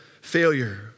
failure